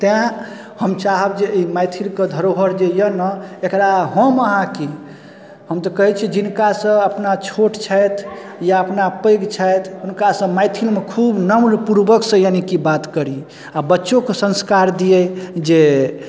तेँ हम चाहब जे एहि मैथिलीके धरोहर जे अइ ने एकरा हम अहाँ कि हम तऽ कहै छी जिनकासँ अपना छोट छथि या अपना पैघ छथि हुनकासँ मैथिलीमे खूब नम्रपूर्वकसँ यानीकि बात करी आओर बच्चोके सँस्कार दिए जे